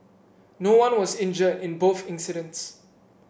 no one was injured in both incidents